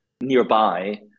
nearby